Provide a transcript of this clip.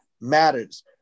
matters